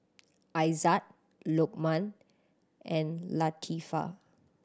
Aizat Lokman and Latifa